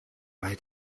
bei